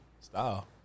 Style